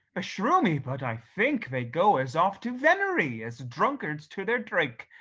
beshrew me but i think they go as oft to venery as drunkards to their drink.